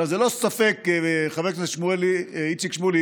עכשיו, זה ללא ספק, חבר הכנסת שמולי, איציק שמולי,